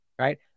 right